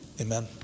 amen